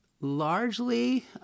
largely